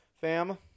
fam